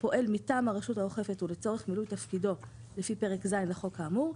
הפועל מטעם הרשות האוכפת ולצורך מילוי תפקידו לפי פרק ז' לחוק האמור,